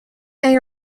they